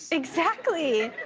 exactly.